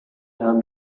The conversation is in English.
have